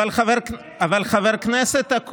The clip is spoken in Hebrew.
למה בנט, אבל חבר הכנסת אקוניס,